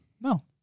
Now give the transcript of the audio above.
No